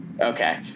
okay